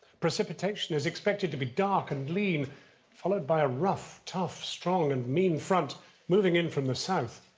precipitation is expected to be dark and lean followed by a rough, tough, strong and mean front moving in from the south.